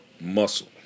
muscle